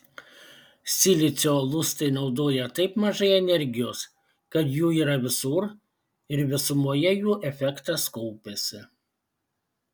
silicio lustai naudoja taip mažai energijos kad jų yra visur ir visumoje jų efektas kaupiasi